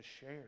share